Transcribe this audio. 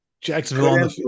Jacksonville